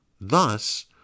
thus